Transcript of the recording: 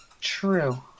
True